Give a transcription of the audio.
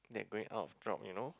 they're going out of job you know